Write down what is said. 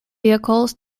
vehicles